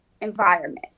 environment